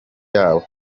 yabo